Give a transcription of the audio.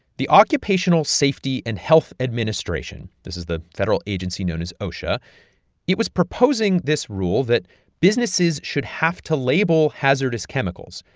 the occupational safety and health administration this is the federal agency known as osha it was proposing this rule that businesses should have to label hazardous chemicals.